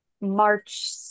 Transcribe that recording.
March